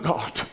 God